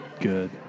good